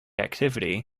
activity